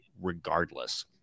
regardless